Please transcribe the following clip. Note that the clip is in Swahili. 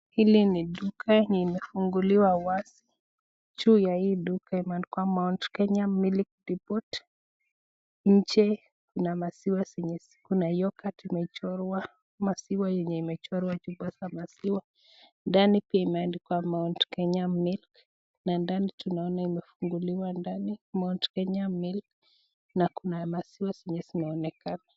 Hili ni duka limefunguliwa wazi, juu ya hili duka limeandikwa Mount Kenya milk depot . Nje kuna maziwa, kuna yoghurt imechorwa, maziwa yenye imechorwa chupa za maziwa, ndani pia imeandikwa Mount Kenya milk na ndani tunaona imefunguliwa ndani Mount Kenya milk na kuna maziwa zenye zinaonekana.